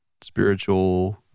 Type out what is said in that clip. spiritual